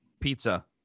pizza